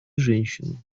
женщинам